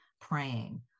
praying